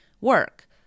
work